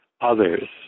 others